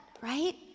right